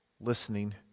listening